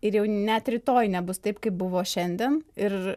ir jau net rytoj nebus taip kaip buvo šiandien ir